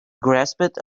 grasped